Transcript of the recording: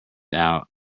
out